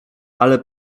ale